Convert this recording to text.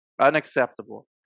unacceptable